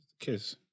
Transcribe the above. Kiss